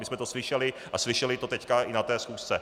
My jsme to slyšeli a slyšeli to teď i na té schůzce.